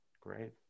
Great